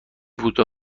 بوته